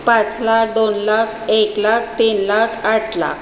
पाच लाख दोन लाख एक लाख तीन लाख आठ लाख